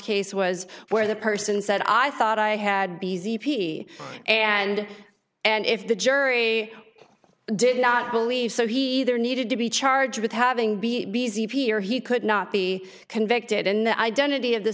case was where the person said i thought i had b z and and if the jury did not believe so he either needed to be charged with having b b z p or he could not be convicted and the identity of the